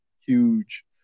Huge